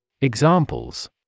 Examples